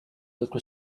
little